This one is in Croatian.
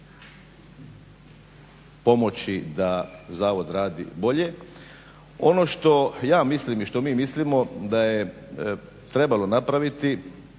pomoći da zavod radi bolje. Ono što ja mislim i što mi mislimo da je trebalo napraviti